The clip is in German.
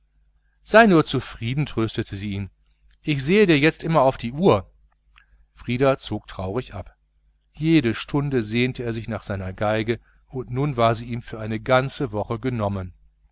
sei nur zufrieden tröstete sie ihn ich sehe dir jetzt immer auf die uhr frieder zog traurig ab jede stunde sehnte er sich nach seiner violine und nun war sie ihm für eine ganze woche genommen